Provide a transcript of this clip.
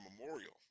Memorial